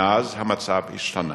מאז המצב השתנה.